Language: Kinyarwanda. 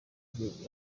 igihe